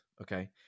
okay